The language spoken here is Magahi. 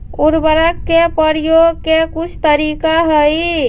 उरवरक के परयोग के कुछ तरीका हई